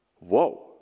Whoa